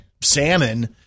salmon